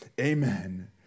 Amen